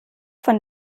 von